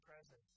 presence